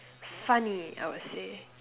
funny I would say